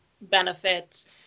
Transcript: benefits